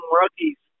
rookies